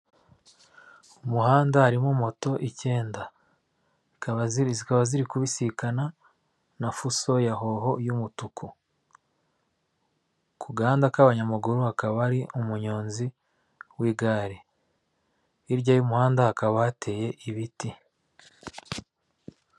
Mu muhanda harimo moto icyenda zikaba ziri kubisikana na fuso ya hoho y'umutuku, kugahanda k'abanyamaguru hakaba hari umunyonzi w'igare, hirya y'umuhanda hakaba hateye ibiti.